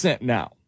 now